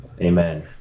amen